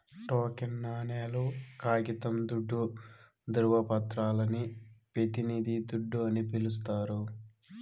token నాణేలు, కాగితం దుడ్డు, దృవపత్రాలని పెతినిది దుడ్డు అని పిలిస్తారు